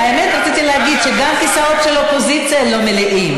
האמת היא שרציתי להגיד שגם הכיסאות של האופוזיציה לא מלאים,